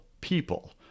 people